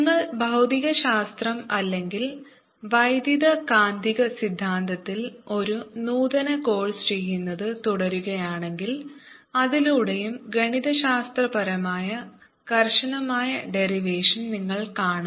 നിങ്ങൾ ഭൌതികശാസ്ത്രം അല്ലെങ്കിൽ വൈദ്യുതകാന്തിക സിദ്ധാന്തത്തിൽ ഒരു നൂതന കോഴ്സ് ചെയ്യുന്നത് തുടരുകയാണെങ്കിൽ അതിലൂടെയും ഗണിതശാസ്ത്രപരമായ കർശനമായ ഡെറിവേഷൻ നിങ്ങൾ കാണും